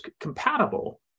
compatible